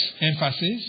emphasis